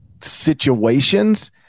situations